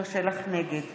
נגד